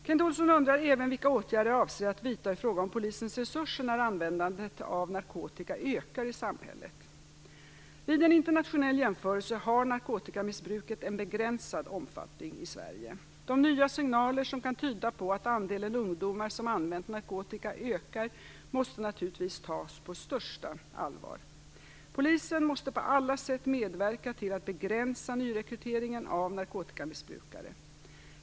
Kent Olsson undrar även vilka åtgärder jag avser att vidta i fråga om polisens resurser när användandet av narkotika ökar i samhället. Vid en internationell jämförelse har narkotikamissbruket en begränsad omfattning i Sverige. De nya signaler som kan tyda på att andelen ungdomar som använt narkotika ökar måste naturligtvis tas på största allvar. Polisen måste på alla sätt medverka till att begränsa nyrekryteringen av narkotikamissbrukare.